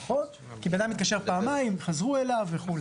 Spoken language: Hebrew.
נכון, כי אדם מתקשר פעמיים, חזרו אליו וכו'.